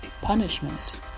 punishment